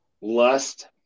Lust